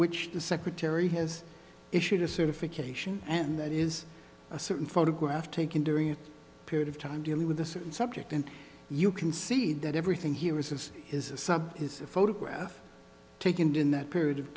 which the secretary has issued a certification and there is a certain photograph taken during that period of time dealing with this subject and you can see that everything here is his son his photograph taken in that period of